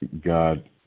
God